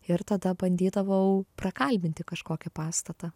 ir tada bandydavau prakalbinti kažkokį pastatą